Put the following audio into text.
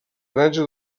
granja